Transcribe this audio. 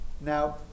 Now